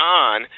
on